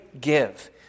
give